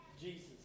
Jesus